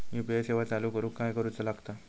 UPI सेवा चालू करूक काय करूचा लागता?